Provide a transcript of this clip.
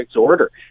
order